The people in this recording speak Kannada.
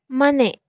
ಮನೆ